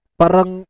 parang